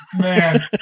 Man